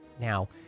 Now